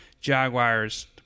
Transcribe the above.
Jaguars